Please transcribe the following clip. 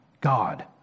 God